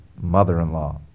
mother-in-law